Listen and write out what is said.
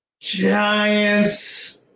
Giants